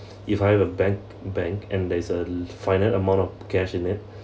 if I have a bank bank and there is a finite amount of cash in it